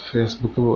Facebook